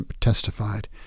testified